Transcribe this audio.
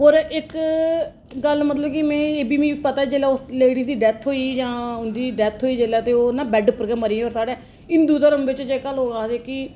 होर इक गल्ल मतलब कि में एह् बी में पता चलेआ उस लेडिज दी डैथ होई गेई जां उं'दी डैथ होई जेल्लै ओह् ना बैड उप्पर गै मरी होर साढ़ै हिंदू धर्म बिच्च जेह्का लोक आखदे कि